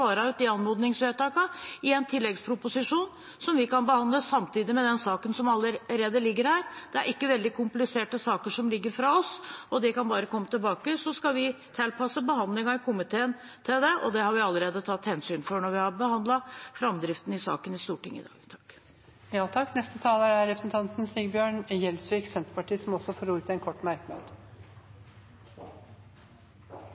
den saken som allerede ligger der. Det er ikke veldig kompliserte saker som ligger fra oss, og de kan bare komme tilbake, så skal vi tilpasse behandlingen i komiteen til det. Det har vi allerede tatt hensyn til når vi har behandlet framdriften i saken i Stortinget. Representanten Sigbjørn Gjelsvik har hatt ordet to ganger tidligere og får ordet til en kort merknad,